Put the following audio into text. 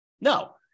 No